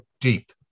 deep